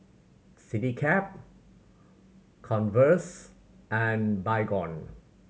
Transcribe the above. Citycab Converse and Baygon